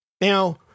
Now